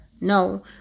No